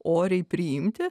oriai priimti